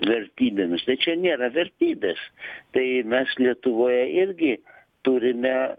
vertybėmis tai čia nėra vertybės tai mes lietuvoje irgi turime